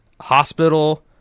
Hospital